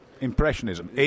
impressionism